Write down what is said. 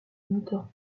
moteur